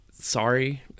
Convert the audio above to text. Sorry